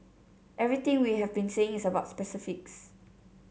everything we have been saying is about specifics